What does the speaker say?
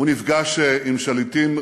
הוא נפגש עם שליטים רבי-עוצמה,